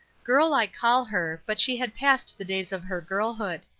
girl i call her, but she had passed the days of her girlhood.